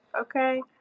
okay